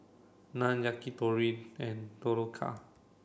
Naan Yakitori and Dhokla